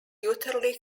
utterly